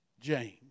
James